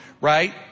right